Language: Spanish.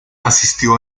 asistió